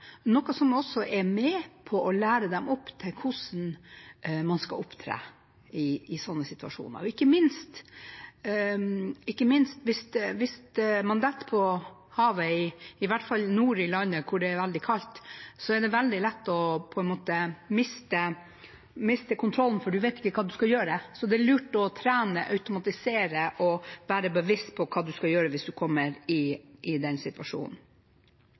noe som også er med på å lære dem opp i hvordan man skal opptre i gitte situasjoner. Ikke minst hvis en faller i havet – i hvert fall nord i landet, hvor det er veldig kaldt – er det veldig lett å miste kontrollen hvis en ikke vet hva en skal gjøre. Så det er lurt å trene, automatisere og være bevisst på hva en skal gjøre hvis en kommer i den situasjonen.